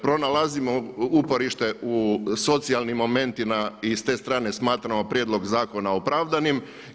Pronalazimo uporište u socijalnim momentima i s te strane smatramo prijedlog zakona opravdanim.